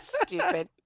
stupid